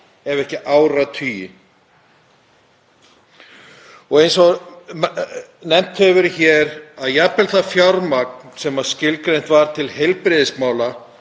ef ekki áratugi. Eins og nefnt hefur verið hér var jafnvel það fjármagn sem skilgreint var til heilbrigðismála